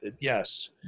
Yes